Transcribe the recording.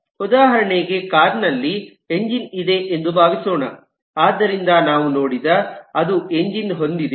ಉದಾಹರಣೆಗೆ ಕಾರ್ ನಲ್ಲಿ ಎಂಜಿನ್ ಇದೆ ಎಂದು ಭಾವಿಸೋಣ ಆದ್ದರಿಂದ ನಾವು ನೋಡಿದರೆ ಅದು ಎಂಜಿನ್ ಹೊಂದಿದೆ